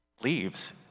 leaves